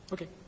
Okay